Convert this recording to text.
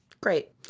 Great